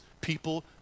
people